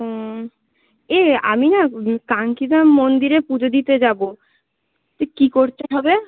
হুম এই আমি না কানকি ধাম মন্দিরে পুজো দিতে যাবো তো কী করতে হবে